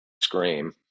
scream